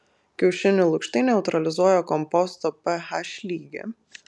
kiaušinių lukštai neutralizuoja komposto ph lygį